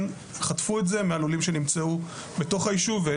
חטפו את זה מהלולים שנמצאו בתוך היישוב.